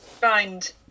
find